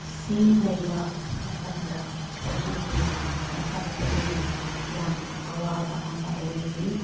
ꯁꯤꯡ ꯂꯩꯕ ꯃꯇꯝꯗ ꯍꯧꯖꯤꯛꯀꯤ ꯃꯇꯝꯗꯗꯤ ꯌꯥꯝꯅ ꯑꯋꯥꯕ ꯑꯃ ꯑꯣꯏꯔꯤ